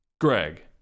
Greg